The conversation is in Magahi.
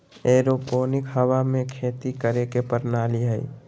एरोपोनिक हवा में खेती करे के प्रणाली हइ